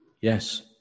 Yes